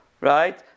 right